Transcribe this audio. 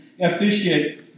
officiate